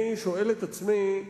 אני שואל את עצמי,